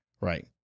Right